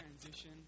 transition